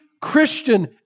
Christian